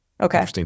okay